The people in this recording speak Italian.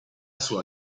sua